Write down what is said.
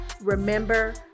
remember